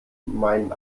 meinen